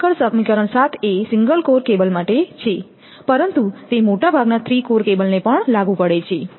આગળ સમીકરણ 7 એ સિંગલ કોર કેબલ માટે છે પરંતુ તે મોટાભાગના 3 કોર કેબલને પણ લાગુ પડે છે